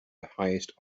highest